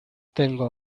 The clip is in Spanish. tengo